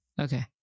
Okay